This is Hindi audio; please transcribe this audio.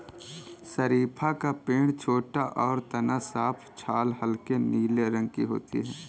शरीफ़ा का पेड़ छोटा और तना साफ छाल हल्के नीले रंग की होती है